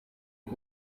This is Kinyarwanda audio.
uba